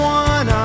one